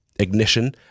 Ignition